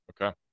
Okay